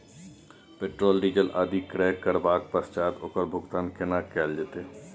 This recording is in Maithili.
पेट्रोल, डीजल आदि क्रय करबैक पश्चात ओकर भुगतान केना कैल जेतै?